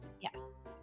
Yes